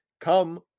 come